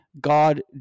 God